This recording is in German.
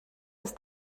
ist